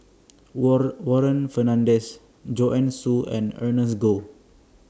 Warren Warren Fernandez Joanne Soo and Ernest Goh